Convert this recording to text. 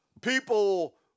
people